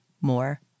more